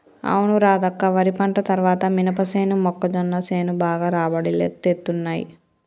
అవును రాధక్క వరి పంట తర్వాత మినపసేను మొక్కజొన్న సేను బాగా రాబడి తేత్తున్నయ్